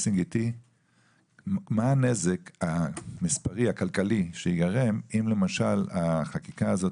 מה הנזק המספרי-הכלכלי שייגרם אם למשל החקיקה הזאת